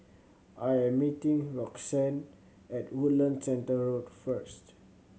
I am meeting Roxann at Woodlands Centre Road first